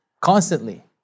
constantly